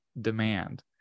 demand